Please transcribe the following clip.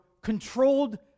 controlled